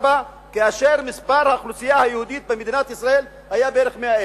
כאשר האוכלוסייה היהודית במדינת ישראל מנתה בערך 100,000,